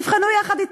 נבחנו יחד אתה.